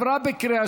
נתקבל.